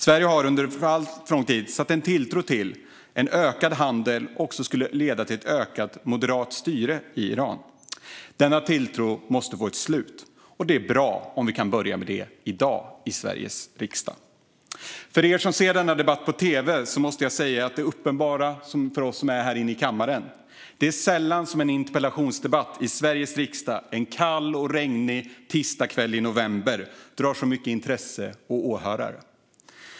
Sverige har under alltför lång tid satt en tilltro till att en ökad handel också skulle leda till ett ökat moderat styre i Iran. Denna tilltro måste få ett slut, och det är bra om vi kan börja med det i dag i Sveriges riksdag. För er som ser denna debatt på tv måste jag säga det som är uppenbart för oss som är här i kammaren: Det är sällan som en interpellationsdebatt i Sveriges riksdag en kall och regnig tisdagskväll i november drar så mycket intresse och åhörare.